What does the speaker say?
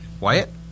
Wyatt